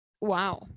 wow